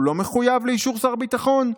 הוא לא מחויב לאישור שר הביטחון?